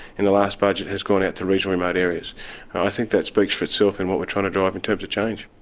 in the last budget, has gone out to regional and remote areas and i think that speaks for itself in what we're trying to drive in terms of change.